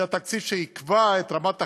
זה התקציב שיקבע את רמת החיים,